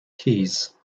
keys